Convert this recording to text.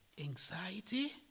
Anxiety